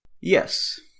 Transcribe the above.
yes